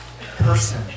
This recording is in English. person